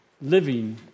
Living